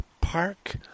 Park